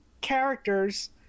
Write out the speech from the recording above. characters